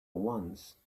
once